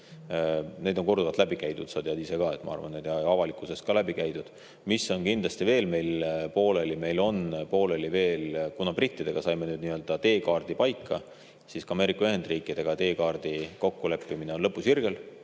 Need on korduvalt läbi käidud, sa tead ise ka, ma arvan, ja on avalikkuses ka läbi käidud. Mis on veel meil pooleli? Meil on pooleli veel, kuna brittidega saime teekaardi paika, siis ka Ameerika Ühendriikidega teekaardi kokkuleppimine on lõpusirgel.